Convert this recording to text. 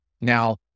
Now